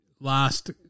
last